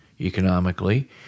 economically